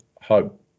hope